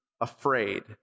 afraid